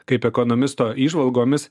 kaip ekonomisto įžvalgomis